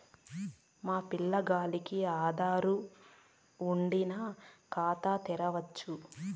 మా పిల్లగాల్లకి ఆదారు వుండిన ఖాతా తెరవచ్చు